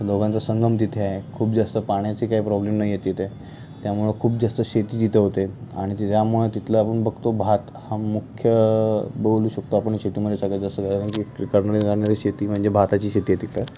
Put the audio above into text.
दोघांचा संगम तिथे आहे खूप जास्त पाण्याची काही प्रॉब्लेम नाही आहेत तिथे त्यामुळं खूप जास्त शेती तिथं होते आणि त्यामुळे तिथलं आपण बघतो भात हा मुख्य बोलू शकतो आपण शेतीमध्ये सगळ्यात जास्त कारणकी करणारी जाणारी शेती म्हणजे भाताची शेती आहे तिथं